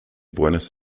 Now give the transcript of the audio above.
buenos